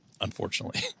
unfortunately